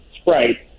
Sprite